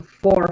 four